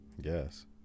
Yes